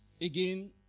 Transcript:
again